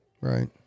Right